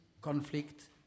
conflict